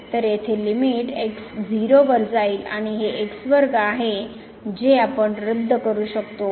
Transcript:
तर येथे limit x 0 वर जाईल आणि हे x वर्ग आहे जे आपण रद्द करू शकतो